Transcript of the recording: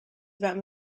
about